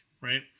Right